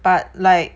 but like